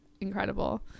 incredible